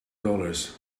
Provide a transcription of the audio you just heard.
dollars